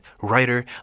writer